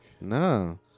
No